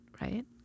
right